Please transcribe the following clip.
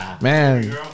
man